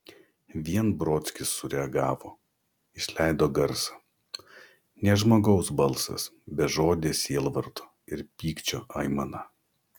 vien brodskis sureagavo išleido garsą ne žmogaus balsas bežodė sielvarto ir pykčio aimana